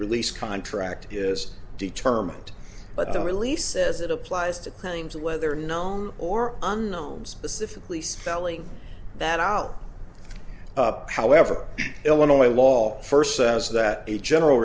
release contract is determined by the release as it applies to claims whether known or unknown specifically spelling that out however illinois law first says that a general